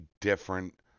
different